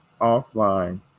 offline